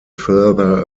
further